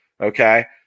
okay